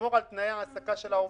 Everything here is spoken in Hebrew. לשמור על תנאי העסקה של העובד,